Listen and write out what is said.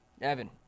Evan